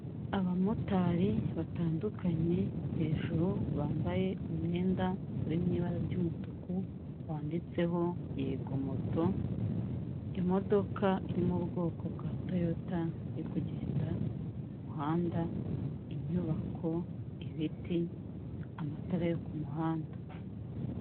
Abamotari batandukanye, hejuru bambaye umwenda uri mu ibara ry'umutuku wanditseho yego moto, imodoka iri mu ubwoko bwa toyota, iri kugenda mu muhanda, inyubako, ibiti, amatara yo kumuhanda.